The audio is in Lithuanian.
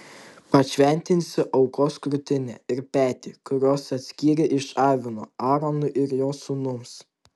pašventinsi aukos krūtinę ir petį kuriuos atskyrei iš avino aaronui ir jo sūnums